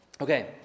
Okay